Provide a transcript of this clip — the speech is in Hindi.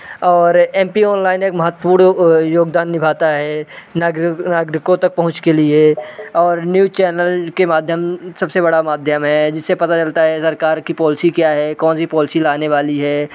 और एम पी ऑनलाइन एक महत्वपूर्ण योगदान निभाता है नागरिकों तक पहुँच के लिए और न्यूज़ चैनल के माध्यम सबसे बड़ा माध्यम है जिससे पता चलता सरकार की पॉलिसी क्या है कौन सी पॉलिसी लाने वाली है